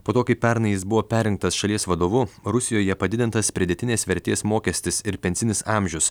po to kai pernai jis buvo perrinktas šalies vadovu rusijoje padidintas pridėtinės vertės mokestis ir pensinis amžius